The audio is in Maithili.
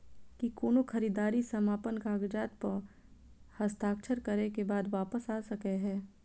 की कोनो खरीददारी समापन कागजात प हस्ताक्षर करे केँ बाद वापस आ सकै है?